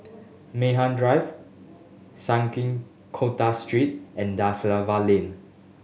Mei Hwan Drive Sungei Kadut Street and Da Silva Lane